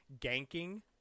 ganking